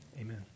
Amen